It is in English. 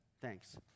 Thanks